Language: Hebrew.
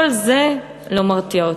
כל זה לא מרתיע אותנו,